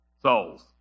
souls